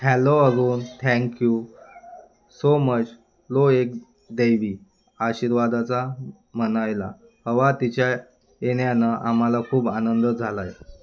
hello Arun thank you so much तो एक दैवी आशीर्वादाचा म्हणायला हवा तिच्या येण्यानं आम्हाला खूप आनंद झाला आहे